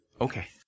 Okay